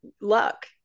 luck